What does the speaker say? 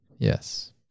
Yes